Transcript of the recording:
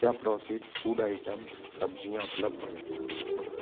क्या processed food items सब्ज़ियाँ उपलब्ध हैं